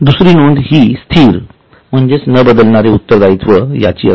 दुसरी नोंद हि स्थिर न बदलणारे उत्तरदायित्व याची असते